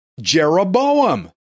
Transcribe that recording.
Jeroboam